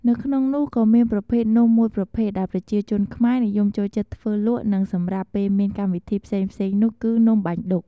នៅក្នុងនោះក៏មានប្រភេទនំមួយប្រភេទដែលប្រជាជនខ្មែរនិយមចូលចិត្តធ្វើលក់និងសម្រាប់ពេលមានកម្មវិធីផ្សេងៗនោះ គឺនំបាញ់ឌុក។